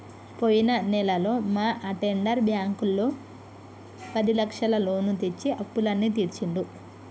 పోయిన నెలలో మా అటెండర్ బ్యాంకులో పదిలక్షల లోను తెచ్చి అప్పులన్నీ తీర్చిండు